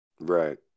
Right